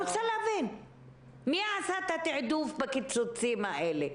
אני רוצה להבין מי עשה את התעדוף בקיצוצים האלה.